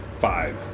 Five